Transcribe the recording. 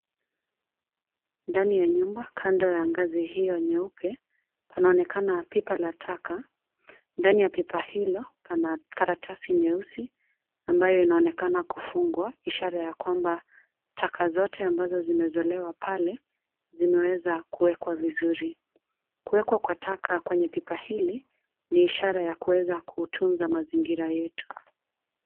Ndani ya nyumba kando ya ngazi hio nyeupe, panaonekana pipa la taka, ndani ya pipa hilo, pana karatasi nyeusi, ambayo inaonekana kufungwa, ishara ya kwamba, taka zote ambazo zimezolewa pale, zimeweza kuwekwa vizuri, kuwekwa kwa taka kwenye pipa hili, ni ishara ya kuweza kutunza mazingira yetu.